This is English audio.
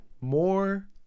more